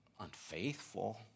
unfaithful